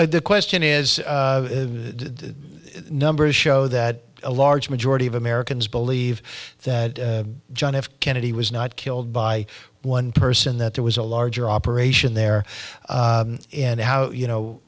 the question is the numbers show that a large majority of americans believe that john f kennedy was not killed by one person that there was a larger operation there and how you know